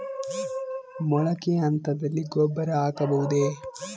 ಮೊಳಕೆ ಹಂತದಲ್ಲಿ ಗೊಬ್ಬರ ಹಾಕಬಹುದೇ?